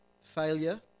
failure